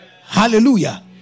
Hallelujah